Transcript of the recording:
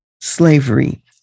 slavery